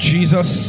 Jesus